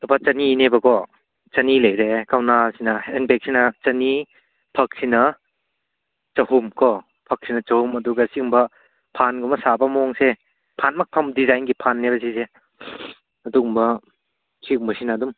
ꯂꯨꯄꯥ ꯆꯥꯅꯤꯅꯦꯕꯀꯣ ꯆꯥꯅꯤ ꯂꯩꯔꯦ ꯀꯧꯅꯥꯁꯤꯅ ꯍꯦꯟꯕꯦꯛꯁꯤꯅ ꯆꯥꯅꯤ ꯐꯛꯁꯤꯅ ꯆꯥꯍꯨꯝꯀꯣ ꯐꯛꯁꯤꯅ ꯆꯥꯍꯨꯝ ꯑꯗꯨꯒ ꯁꯤꯒꯨꯝꯕ ꯐꯥꯟꯒꯨꯝꯕ ꯁꯥꯕ ꯃꯑꯣꯡꯁꯦ ꯐꯥꯟꯃꯛ ꯐꯝ ꯗꯤꯖꯥꯏꯟꯒꯤ ꯐꯥꯟꯅꯦꯕ ꯁꯤꯁꯦ ꯑꯗꯨꯝꯕ ꯁꯤꯒꯨꯝꯕꯁꯤꯅ ꯑꯗꯨꯝ